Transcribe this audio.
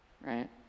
Right